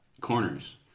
Corners